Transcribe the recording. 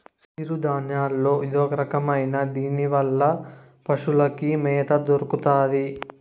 సిరుధాన్యాల్లో ఇదొరకమైనది దీనివల్ల పశులకి మ్యాత దొరుకుతాది